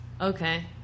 Okay